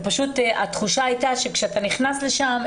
התחושה הייתה שכאשר אתה נכנס לשם,